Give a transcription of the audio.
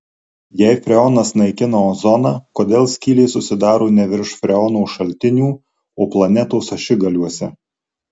jei freonas naikina ozoną kodėl skylės susidaro ne virš freono šaltinių o planetos ašigaliuose